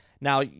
Now